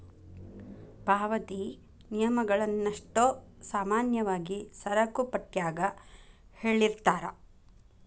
ಪಾವತಿ ನಿಯಮಗಳನ್ನಷ್ಟೋ ಸಾಮಾನ್ಯವಾಗಿ ಸರಕುಪಟ್ಯಾಗ ಹೇಳಿರ್ತಾರ